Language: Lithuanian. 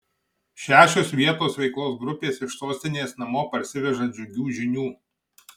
šešios vietos veiklos grupės iš sostinės namo parsiveža džiugių žinių